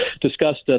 discussed